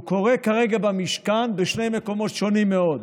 והוא קורה כרגע במשכן בשני מקומות שונים מאוד: